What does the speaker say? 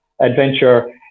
adventure